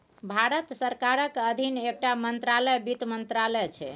भारत सरकारक अधीन एकटा मंत्रालय बित्त मंत्रालय छै